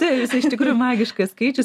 taip jis iš tikrųjų magiškas skaičius